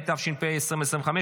התשפ"ה 2025,